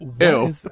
ew